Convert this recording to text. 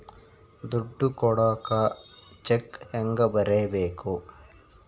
ದುಡ್ಡು ಕೊಡಾಕ ಚೆಕ್ ಹೆಂಗ ಬರೇಬೇಕು?